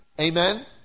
Amen